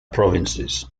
provinces